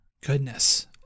goodness